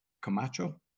Camacho